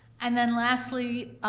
and then, lastly,